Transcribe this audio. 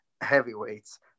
heavyweights